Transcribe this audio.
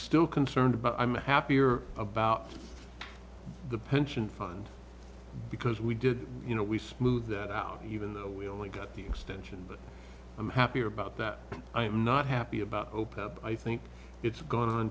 still concerned but i'm happier about the pension fund because we did you know we smooth that out even though we only got the extension but i'm happy about that i'm not happy about opap i think it's gone on